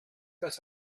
das